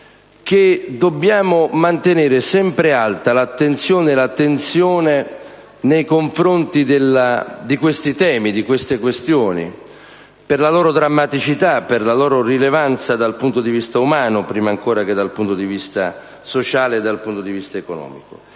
che dobbiamo mantenere sempre alta l'attenzione nei confronti di dette questioni per la loro drammaticità e rilevanza dal punto di vista umano, prima ancora che da quello sociale ed economico.